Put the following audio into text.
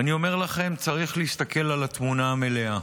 ואני אומר לכם, צריך להסתכל על התמונה המלאה.